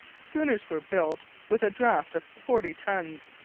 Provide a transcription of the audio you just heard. schooners were built with a draught of forty tons.